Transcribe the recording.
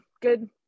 good –